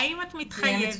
האם את מתחייבת